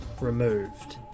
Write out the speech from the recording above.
removed